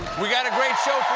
we've got a great show